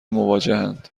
مواجهاند